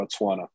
Botswana